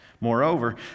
Moreover